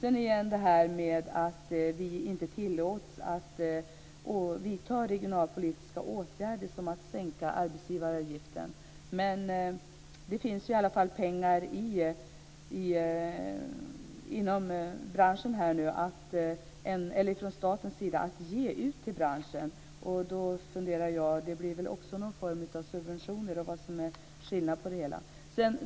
Vi tillåts inte att vidta regionalpolitiska åtgärder som att sänka arbetsgivaravgiften. Men det finns pengar i staten att ge till branschen. Det blir väl också i form av subventioner. Jag funderar på vad som är skillnaden.